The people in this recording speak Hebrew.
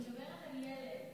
אני מדברת על ילד.